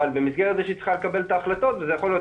אבל במסגרת זה שהיא צריכה לקבל את ההחלטות וזה יכול להיות